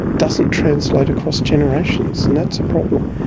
doesn't translate across generations, and that's a problem.